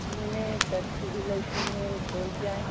जी मैंने तक्षसिला इस्कूल में कॉल किया है